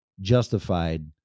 justified